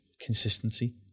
consistency